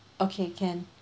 okay can